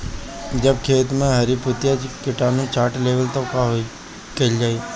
जब खेत मे हरी पतीया किटानु चाट लेवेला तऽ का कईल जाई?